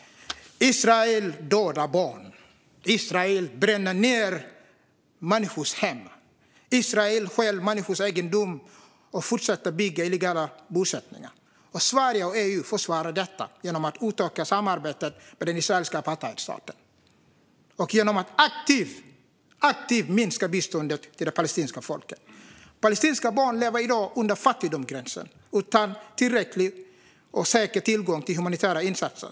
Israel dödar barn. Israel bränner ned människors hem. Israel stjäl människors egendom och fortsätter att bygga illegala bosättningar. Sverige och EU försvarar detta genom att utöka samarbetet med den israeliska apartheidstaten och genom att aktivt minska biståndet till det palestinska folket. Palestinska barn lever i dag under fattigdomsgränsen utan tillräcklig och säker tillgång till humanitära insatser.